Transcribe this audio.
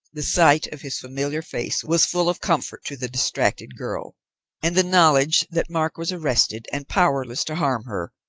the sight of his familiar face was full of comfort to the distracted girl and the knowledge that mark was arrested and powerless to harm her,